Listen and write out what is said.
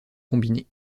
combiné